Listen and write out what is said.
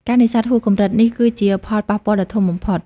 ការនេសាទហួសកម្រិត នេះគឺជាផលប៉ះពាល់ដ៏ធំបំផុត។